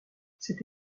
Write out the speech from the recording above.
cette